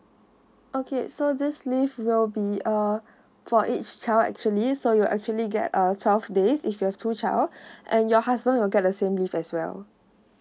okay so this leave will be uh for each child actually so you actually get a twelve days if you're two child and your husband will get the same leave as well